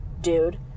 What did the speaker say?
dude